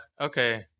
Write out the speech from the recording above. Okay